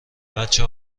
بچه